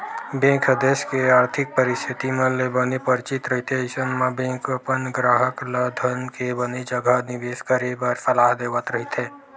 bank ह देस के आरथिक परिस्थिति मन ले बने परिचित रहिथे अइसन म बेंक अपन गराहक ल धन के बने जघा निबेस करे बर सलाह देवत रहिथे